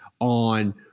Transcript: on